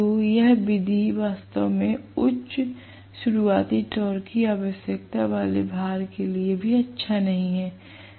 तो यह विधि वास्तव में उच्च शुरुआती टॉर्क की आवश्यकता वाले भार के लिए भी अच्छा नहीं है